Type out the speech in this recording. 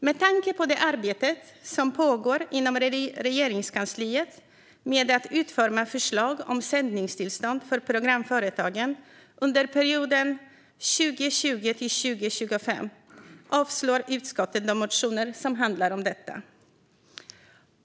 Med tanke på det arbete som pågår inom Regeringskansliet med att utforma förslag om sändningstillstånd för programföretagen under perioden 2020-2025 avstyrker utskottet de motioner som handlar om detta.